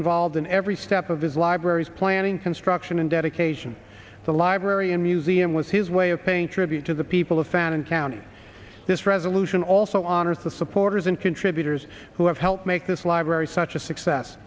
involved in every step of his library's planning construction and dedication of the library and museum was his way of paying tribute to the people of phantom county this resolution also honors the supporters and contributors who have helped make this library such a success